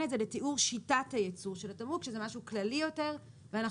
את זה לתיאור שיטת הייצור של התמרוק שזה משהו כללי יותר ואנחנו